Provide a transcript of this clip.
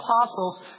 apostles